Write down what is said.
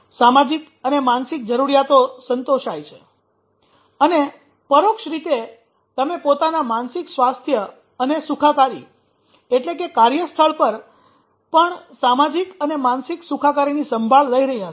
સામાજિક અને માનસિક જરૂરિયાતો સંતોષાય છે અને પરોક્ષ રીતે તમે પોતાના માનસિક સ્વાસ્થ્ય અને સુખાકારી -એટ્લે કે કાર્યસ્થળ પર પણ સામાજિક અને માનસિક સુખાકારીની સંભાળ લઈ રહ્યા છો